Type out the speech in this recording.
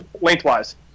lengthwise